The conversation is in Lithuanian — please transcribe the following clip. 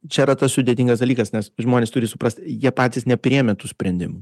čia yra tas sudėtingas dalykas nes žmonės turi suprast jie patys nepriėmė tų sprendimų